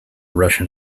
russian